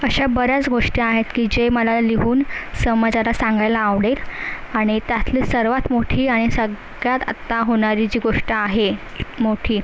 अशा बऱ्याच गोष्टी आहेत की जे मला लिहून समाजाला सांगायला आवडेल आणि त्यातली सर्वात मोठी आणि सगळ्यात आता होणारी जी गोष्ट आहे मोठी